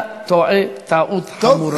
אתה טועה טעות חמורה.